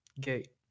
gate